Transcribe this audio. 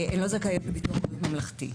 הן לא זכאיות לביטוח בריאות ממלכתי,